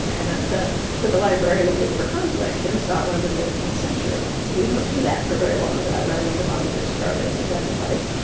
i went to to the library looking for conflict in scotland, in the eighteenth century, but you don't do that for very long without running into bonny prince charlie and the jacobite.